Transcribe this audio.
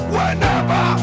Whenever